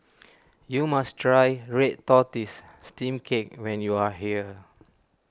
you must try Red Tortoise Steamed Cake when you are here